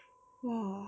!wah!